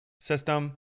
system